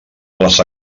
les